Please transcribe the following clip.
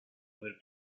able